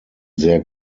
sehr